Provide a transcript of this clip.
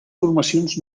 formacions